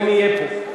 אם יהיה פה,